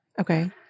Okay